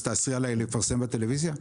אז תאסרי עליי לפרסם בטלוויזיה?